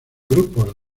grupos